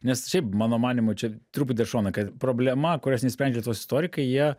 nes šiaip mano manymu čia truputį į šoną kad problema kurios neišsprendžia lietuvos istorikai jie